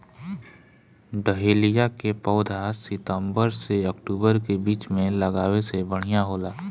dahlia के पौधा सितंबर से अक्टूबर के बीच में लागावे से बढ़िया होला